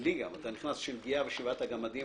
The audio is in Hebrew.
לי אתה נכנס לשלגייה ושבעת הגמדים,